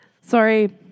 Sorry